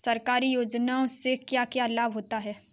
सरकारी योजनाओं से क्या क्या लाभ होता है?